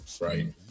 right